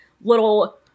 little